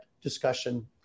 discussion